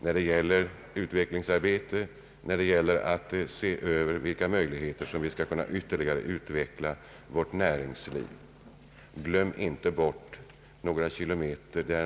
resurser för ett utvecklingsarbete på detta område och skall undersöka möjligheterna att ytterligare utveckla vårt näringsliv, glöm inte bort Ranstadverken.